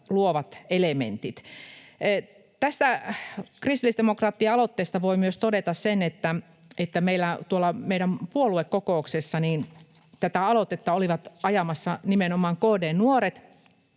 luovat elementit. Tästä kristillisdemokraattien aloitteesta voi todeta myös sen, että meidän puoluekokouksessa tätä aloitetta olivat ajamassa nimenomaan KD Nuoret,